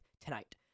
tonight